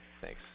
thanks